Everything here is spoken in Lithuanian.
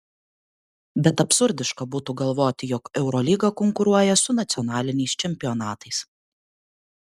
bet absurdiška būtų galvoti jog eurolyga konkuruoja su nacionaliniais čempionatais